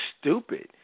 stupid